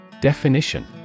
Definition